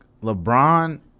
LeBron –